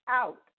out